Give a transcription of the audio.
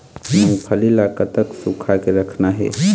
मूंगफली ला कतक सूखा के रखना हे?